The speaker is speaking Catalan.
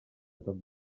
toc